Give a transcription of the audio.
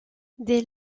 dès